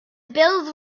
bills